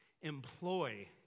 employ